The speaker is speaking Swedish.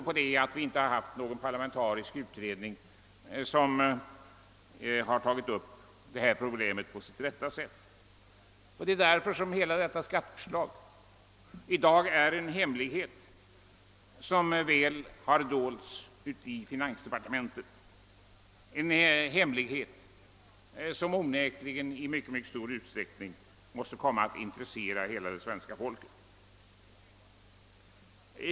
Vi har ju inte haft någon parlamentarisk utredning, som har behandlat detta pro blem på ett rätt sätt. Därför är också hela detta skatteförslag i dag en hemlighet, som väl har dolts i finansdepartementet, en hemlighet som onekligen i mycket, mycket stor utsträckning måste komma att intressera hela det svenska folket.